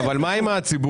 אבל מה עם הציבור?